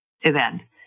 event